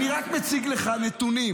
אני רק מציג לך נתונים.